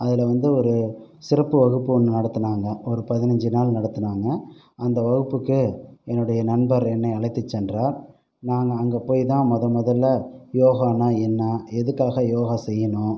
அதில் வந்து ஒரு சிறப்பு வகுப்பு ஒன்று நடத்துனாங்க ஒரு பதினைஞ்சு நாள் நடத்துனாங்க அந்த வகுப்புக்கு என்னுடைய நண்பர் என்னை அழைத்து சென்றார் நாங்கள் அங்கே போய் தான் மொதல் முதல்ல யோகான்னா என்ன எதுக்காக யோகா செய்யணும்